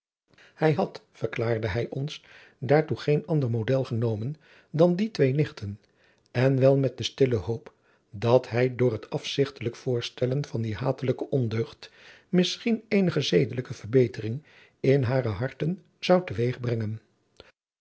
hij had verklaarde hij ons daartoe geen ander model genomen dan die twee nichten en wel met de stille hoop dat hij door het afzigtelijk voorstellen van die hatelijke ondeugd misschien eenige zedelijke verbetering in hare harten zou